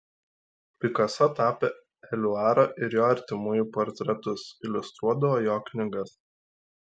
pikaso tapė eliuaro ir jo artimųjų portretus iliustruodavo jo knygas